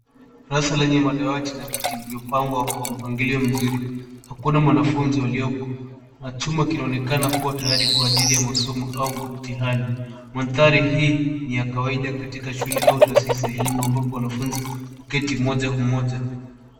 Hapa kuna madawati na viti vilivyopangwa kwa mpangilio mzuri. Hakuna mwanafunzi yeyote aliyehapo. Chumba kinaonekana kuwa tayari kwa masomo au mtihani. Mandhari hii ni ya kawaida katika shule au taasisi za elimu ambako wanafunzi huketi mmoja mmoja.